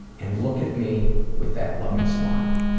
and, look at me with that loving smile.